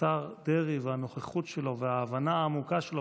השר דרעי והנוכחות שלו וההבנה העמוקה שלו